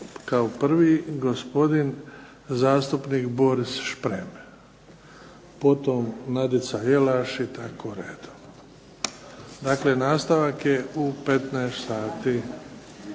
kao prvi gospodin zastupnik Boris Šprem, potom Nadica Jelaš i tako redom. Dakle, nastavak je u 15,00